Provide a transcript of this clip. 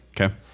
Okay